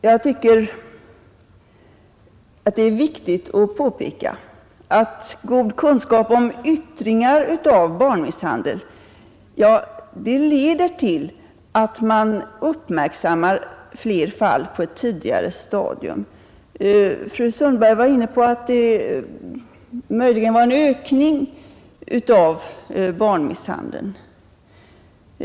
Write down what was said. Jag tycker att det är viktigt att påpeka att god kunskap om yttringar av barnmisshandel leder till att man uppmärksammar fler fall på ett tidigare stadium. Fru Sundberg var inne på att det möjligen var en ökning av barnmisshandeln.